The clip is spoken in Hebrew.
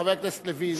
חבר הכנסת לוין,